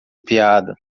piada